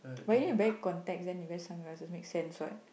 but you need wear contacts then you wear sunglasses make sense what